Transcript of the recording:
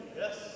Yes